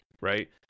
right